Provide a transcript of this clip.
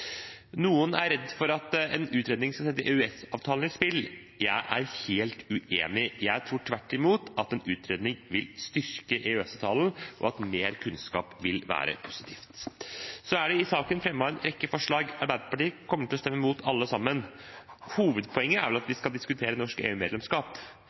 at en utredning skal sette EØS-avtalen på spill. Jeg er helt uenig; jeg tror tvert imot at en utredning vil styrke EØS-avtalen, og at mer kunnskap vil være positivt. Så er det i saken fremmet en rekke forslag – Arbeiderpartiet kommer til å stemme mot alle sammen – hvor hovedpoenget vel er at